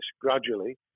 gradually